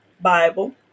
Bible